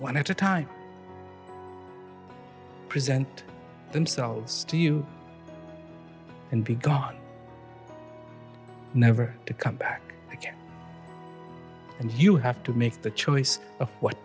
one at a time present themselves to you and be gone never to come back and you have to make the choice of what